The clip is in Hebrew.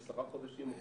10 חודשים או חצי שנה.